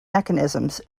mechanisms